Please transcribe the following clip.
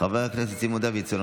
חבר הכנסת סימון דוידסון,